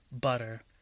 butter